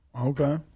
Okay